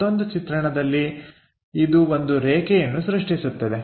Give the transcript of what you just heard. ಮತ್ತೊಂದು ಚಿತ್ರಣದಲ್ಲಿ ಇದು ಒಂದು ರೇಖೆಯನ್ನು ಸೃಷ್ಟಿಸುತ್ತದೆ